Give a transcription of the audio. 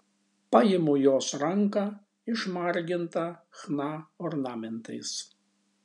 paimu jos ranką išmargintą chna ornamentais